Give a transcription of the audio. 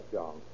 John